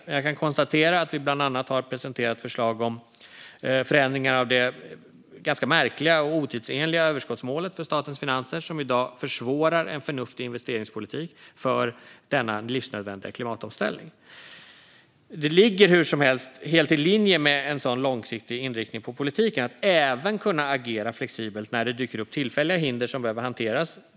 Men jag kan konstatera att vi bland annat har presenterat ett förslag om förändringar av det ganska märkliga och otidsenliga överskottsmålet för statens finanser, som i dag försvårar en förnuftig investeringspolitik för denna livsnödvändiga klimatomställning. Det ligger hur som helst helt i linje med en sådan långsiktig inriktning på politiken att även kunna agera flexibelt när det dyker upp tillfälliga hinder som behöver hanteras.